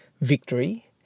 victory